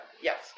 Yes